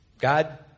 God